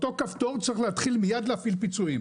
אותו כפתור צריך להפעיל מייד פיצויים.